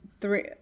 three